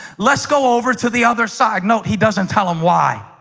let's go over to the other side note. he doesn't tell him why?